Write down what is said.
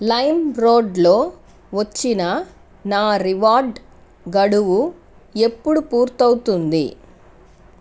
లైమ్రోడ్లో వచ్చిన నా రివార్డ్ గడువు ఎప్పుడు పూర్తవుతుంది